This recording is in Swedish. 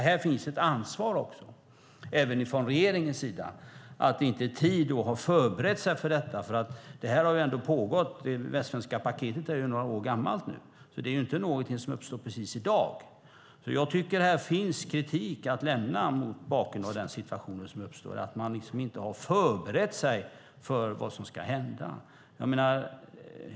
Här har också regeringen ett ansvar för att man inte i tid har förberett sig. Arbetet har ändå pågått ett tag. Det västsvenska paketet är ju några år gammalt nu. Det är alltså inget som har uppstått precis i dag. Mot bakgrund av den situation som har uppstått finns det kritik att framföra. Man har inte förberett sig på vad som ska hända.